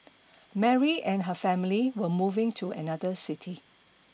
Mary and her family were moving to another city